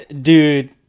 Dude